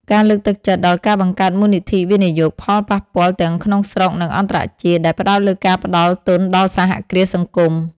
ការលើកទឹកចិត្តដល់ការបង្កើតមូលនិធិវិនិយោគផលប៉ះពាល់ទាំងក្នុងស្រុក និងអន្តរជាតិ ដែលផ្តោតលើការផ្តល់ទុនដល់សហគ្រាសសង្គម ។